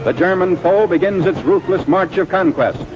but german foe begins its ruthless march of conquest,